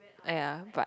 !aiya! but